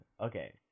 Okay